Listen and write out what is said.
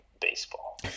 baseball